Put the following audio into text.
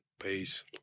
Peace